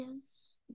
Yes